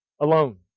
alone